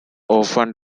often